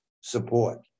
support